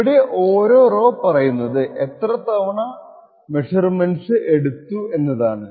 ഇവിടെ ഓരോ റോ പറയുന്നത് എത്ര തവണ മെഷർമെൻറ്സ് എടുത്തു എന്നതാണ്